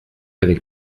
avec